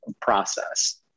process